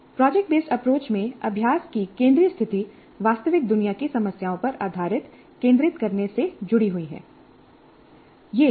project based approach में अभ्यास की केंद्रीय स्थिति वास्तविक दुनिया की समस्याओं पर आधारित केंद्रित करने से जुड़ी हुई है